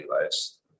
lives